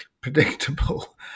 predictable